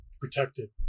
protected